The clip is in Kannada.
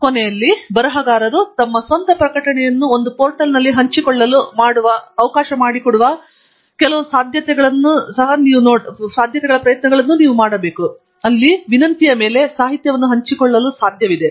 ಮತ್ತು ಕೊನೆಯಲ್ಲಿ ಬರಹಗಾರರು ತಮ್ಮ ಸ್ವಂತ ಪ್ರಕಟಣೆಯನ್ನು ಒಂದು ಪೋರ್ಟಲ್ನಲ್ಲಿ ಹಂಚಿಕೊಳ್ಳಲು ಅವಕಾಶ ಮಾಡಿಕೊಡುವ ಕೆಲವೊಂದು ಸಾಧ್ಯತೆಗಳನ್ನು ಬಳಸಿಕೊಳ್ಳುವ ಪ್ರಯತ್ನವನ್ನೂ ಸಹ ಮಾಡಿದೆ ಅಲ್ಲಿ ವಿನಂತಿಯನ್ನು ಮೇಲೆ ಸಾಹಿತ್ಯವನ್ನು ಹಂಚಿಕೊಳ್ಳಲು ಸಾಧ್ಯವಿದೆ